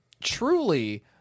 truly